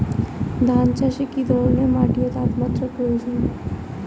ধান চাষে কী ধরনের মাটি ও তাপমাত্রার প্রয়োজন?